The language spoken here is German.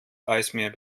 eismeer